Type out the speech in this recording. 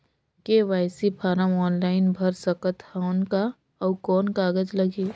KYC form online भर सकत हवं का? अउ कौन कागज लगही?